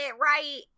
right